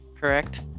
correct